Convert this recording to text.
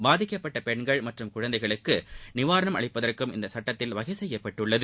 பாதிக்கப்பட்ட பெண்கள் மற்றும் குழந்தைகளுக்கு நிவாரணம் அளிப்பதற்கும் இந்த சட்டத்தில் வகை செய்யப்பட்டுள்ளது